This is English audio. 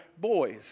boys